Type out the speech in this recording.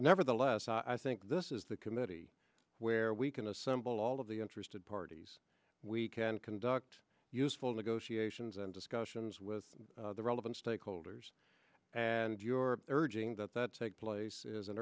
nevertheless i think this is the committee where we can assemble all of the interested parties we can conduct useful negotiations and discussions with the relevant stakeholders and your urging that that take place i